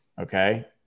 Okay